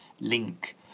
link